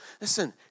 Listen